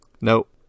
Nope